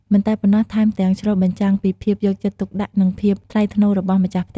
មិនតែប៉ុណ្ណោះថែមទាំងឆ្លុះបញ្ចាំងពីភាពយកចិត្តទុកដាក់ និងភាពថ្លៃថ្នូររបស់ម្ចាស់ផ្ទះទៀតផង។